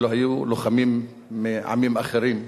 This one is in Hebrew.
אלה היו לוחמים מעמים אחרים.